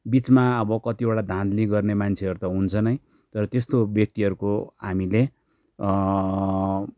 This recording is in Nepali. बिचमा अब कतिवटा धाँधली गर्ने मान्छेहरू त हुन्छ नै तर त्यस्तो व्यक्तिहरूको हामीले